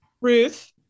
Ruth